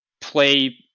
play